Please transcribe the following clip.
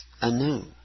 anew